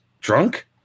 Drunk